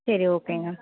சரி ஓகேங்க